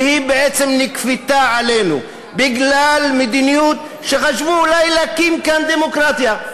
שבעצם נכפתה עלינו בגלל מדיניות שחשבו אולי להקים כאן דמוקרטיה,